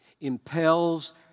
impels